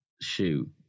shoe